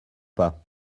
pas